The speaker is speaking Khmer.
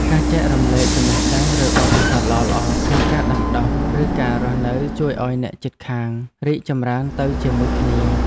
ការចេះចែករំលែកចំណេះដឹងឬបទពិសោធន៍ល្អៗក្នុងការដាំដុះឬការរស់នៅជួយឱ្យអ្នកជិតខាងរីកចម្រើនទៅជាមួយគ្នា។